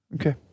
Okay